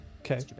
Okay